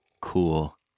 Cool